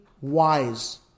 wise